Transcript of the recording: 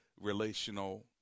relational